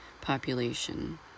population